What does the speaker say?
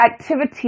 activity